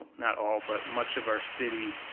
not all, but much of our city,